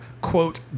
Quote